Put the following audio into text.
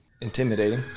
intimidating